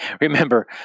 Remember